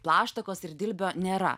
plaštakos ir dilbio nėra